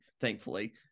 Thankfully